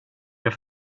jag